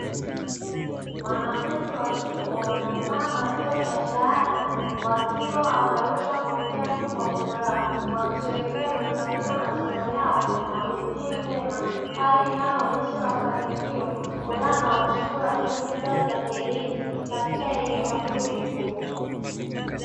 Wanafunzi wa chuo wamevaa majoho ya shahada wakiwa wanarusha kofia juu kwa furaha, wakisheherekea kumaliza masomo yao na kuhitimu vyema, hali inayoonyesha mafanikio ushindi na juhudi zao za kielimu katika elimu ya vyuo vikuu.